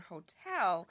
Hotel